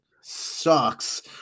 sucks